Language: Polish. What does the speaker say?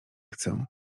chcę